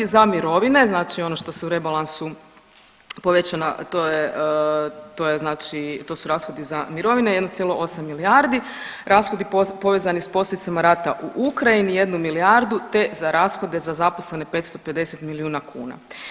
Za mirovine, znači ono što se u rebalansu povećalo, to je, to je znači, to su rashodi za mirovine, 1,8 milijardi, rashodi povezani s posljedicama rata u Ukrajini 1 milijardu te za rashode za zaposlene 550 milijuna kuna.